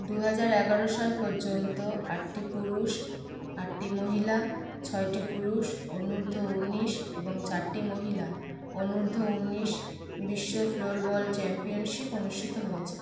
দু হাজার এগারো সাল পর্যন্ত আটটি পুরুষ আটটি মহিলা ছয়টি পুরুষ অনূর্ধ্ব ঊনিশ এবং চারটি মহিলা অনূর্ধ্ব ঊনিশ বিশ্ব ফ্লোরবল চ্যাম্পিয়নশিপ অনুষ্ঠিত হয়েছে